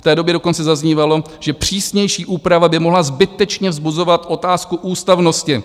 V té době dokonce zaznívalo, že přísnější úprava by mohla zbytečně vzbuzovat otázku ústavnosti.